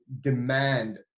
demand